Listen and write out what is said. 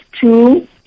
two